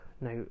now